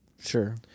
Sure